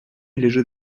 лежит